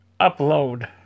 upload